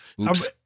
Oops